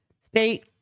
State